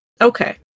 okay